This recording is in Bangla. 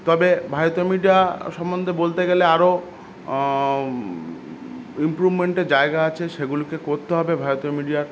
তবে ভারতীয় মিডিয়া সম্বন্ধে বলতে গেলে আরও ইমপ্রুভমেন্টের জায়গা আছে সেগুলোকে করতে হবে ভারতীয় মিডিয়ার